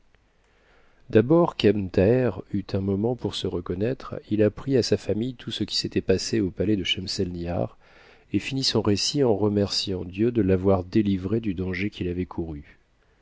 d'abord qu'ebn thaher eut un moment pour se reconnaître il apprit à sa famille tout ce qui s'était passé au palais de schemselnihar et finit son récit en remerciant dieu de l'avoir délivré du danger qu'il avait couru